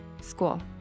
school